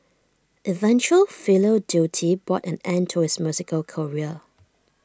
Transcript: eventual filial duty brought an end to his musical career